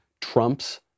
Trump's